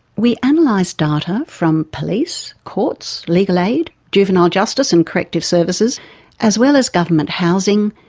we analysed data from police, courts, legal aid, juvenile justice and corrective services as well as government housing,